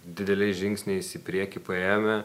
dideliais žingsniais į priekį paėjome